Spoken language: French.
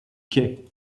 quai